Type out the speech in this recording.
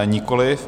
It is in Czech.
Nikoliv.